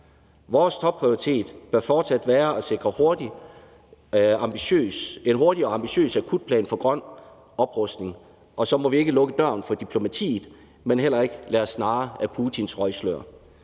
Vores topprioritet bør fortsat være at sikre en hurtig og ambitiøs akutplan for en grøn oprustning, og så må vi ikke lukke døren for diplomatiet, men heller ikke lade os narre af Putins røgslør.